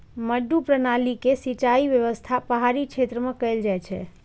मड्डू प्रणाली के सिंचाइ व्यवस्था पहाड़ी क्षेत्र मे कैल जाइ छै